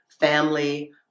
family